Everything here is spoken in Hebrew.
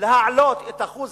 להעלות את אחוז